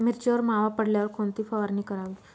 मिरचीवर मावा पडल्यावर कोणती फवारणी करावी?